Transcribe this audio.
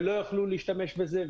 ולא יוכלו להשתמש בזה,